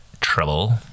Trouble